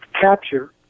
capture